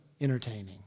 entertaining